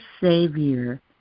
savior